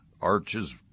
Arches